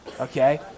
Okay